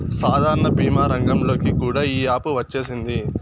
సాధారణ భీమా రంగంలోకి కూడా ఈ యాపు వచ్చేసింది